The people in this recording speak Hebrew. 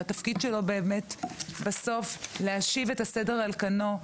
שהתפקיד שלו באמת בסוף להשיב את הסדר על קנו,